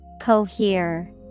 Cohere